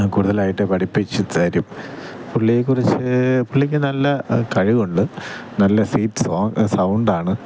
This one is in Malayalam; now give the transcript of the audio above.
കൂടുതലായിട്ട് പഠിപ്പിച്ചു തരും പുള്ളിയെക്കുറിച്ച് പുള്ളിക്ക് നല്ല കഴിവുണ്ട് നല്ല സ്വീറ്റ്സ് സോങ്ങ് സൗണ്ടാണ്